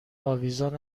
آویزان